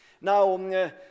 Now